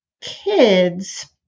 kids